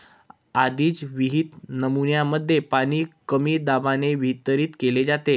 आधीच विहित नमुन्यांमध्ये पाणी कमी दाबाने वितरित केले जाते